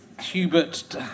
Hubert